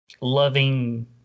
loving